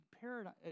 paradigm